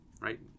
Right